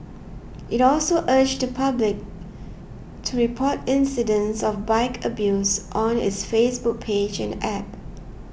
it also urged the public to report incidents of bike abuse on its Facebook page and App